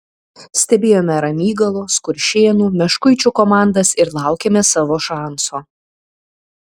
stebėjome ramygalos kuršėnų meškuičių komandas ir laukėme savo šanso